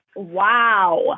Wow